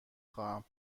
خواهم